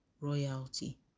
royalty